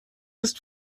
ist